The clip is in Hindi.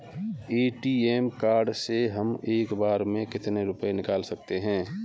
ए.टी.एम कार्ड से हम एक बार में कितने रुपये निकाल सकते हैं?